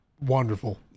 Wonderful